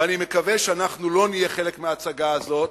ואני מקווה שאנחנו לא נהיה חלק מההצגה הזאת,